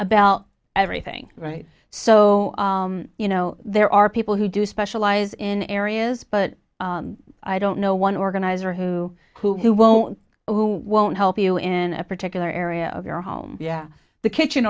about everything right so you know there are people who do specialize in areas but i don't know one organizer who who won't who won't help you in a particular area of your home yeah the kitchen